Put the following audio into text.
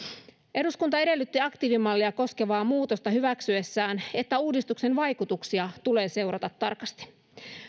eduskunta edellytti aktiivimallia koskevaa muutosta hyväksyessään että uudistuksen vaikutuksia tulee seurata tarkasti